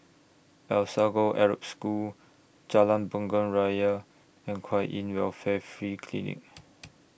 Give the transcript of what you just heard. Alsagoff Arab School Jalan Bunga Raya and Kwan in Welfare Free Clinic